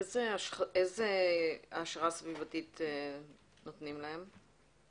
איזו העשרה סביבתית נותנים להם?